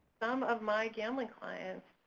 some of my gambling clients,